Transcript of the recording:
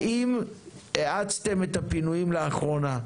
האם האצתם את הפינויים לאחרונה?